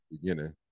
beginning